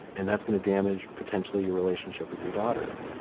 and that's going to damage potentially your relationship with your daughter.